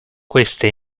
queste